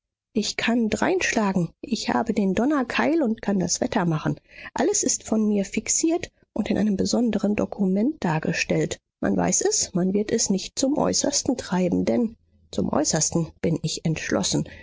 ich kann dreinschlagen ich habe den donnerkeil und kann das wetter machen alles ist von mir fixiert und in einem besonderen dokument dargestellt man weiß es man wird es nicht zum äußersten treiben denn zum äußersten bin ich entschlossen